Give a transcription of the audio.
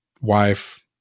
wife